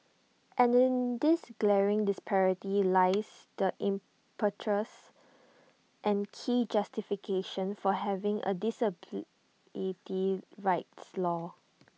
and in this glaring disparity lies the impetus and key justification for having A disability rights law